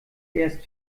erst